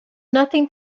nothing